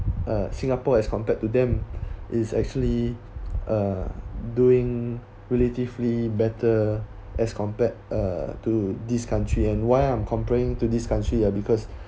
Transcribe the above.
uh singapore as compared to them is actually uh doing relatively better as compared uh to this country and why I'm comparing to this country ah because